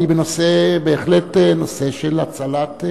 אבל היא בנושא של הצלת,